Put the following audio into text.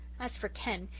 as for ken,